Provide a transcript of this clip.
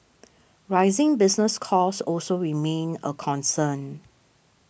rising business costs also remain a concern